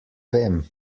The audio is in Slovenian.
vem